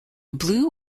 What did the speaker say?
blue